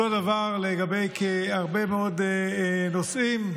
אותו דבר לגבי הרבה מאוד נושאים.